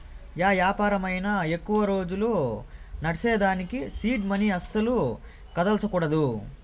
yeah యాపారమైనా ఎక్కువ రోజులు నడ్సేదానికి సీడ్ మనీ అస్సల కదల్సకూడదు